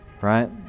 Right